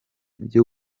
byo